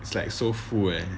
it's like so full eh